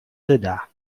wyda